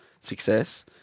success